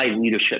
leadership